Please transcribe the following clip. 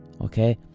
okay